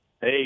Hey